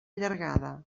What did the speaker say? llargada